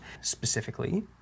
specifically